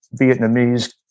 Vietnamese